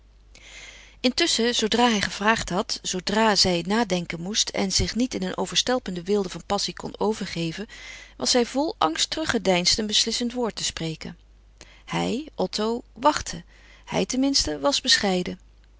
intusschen zoodra hij gevraagd had zoodra zij nadenken moest en zich niet in een overstelpende weelde van passie kon overgeven was zij vol angst teruggedeinsd een beslissend woord te spreken hij otto wachtte hij ten minste was bescheiden